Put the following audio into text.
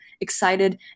excited